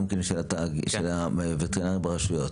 גם כן של הווטרינרים ברשויות.